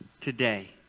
today